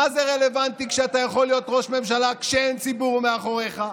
מה זה רלוונטי כשאתה יכול להיות ראש ממשלה כשאין ציבור מאחוריך?